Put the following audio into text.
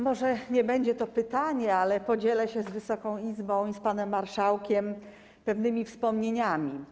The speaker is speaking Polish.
Może nie będzie to pytanie, ale podzielę się z Wysoką Izbą i z panem marszałkiem pewnymi wspomnieniami.